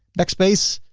backspace.